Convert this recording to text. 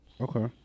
Okay